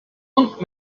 und